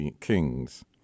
kings